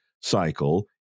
cycle